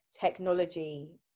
technology